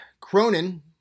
Cronin